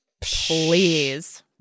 Please